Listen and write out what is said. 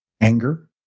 anger